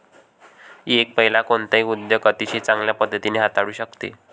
एक महिला कोणताही उद्योग अतिशय चांगल्या पद्धतीने हाताळू शकते